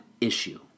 issue